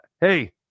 hey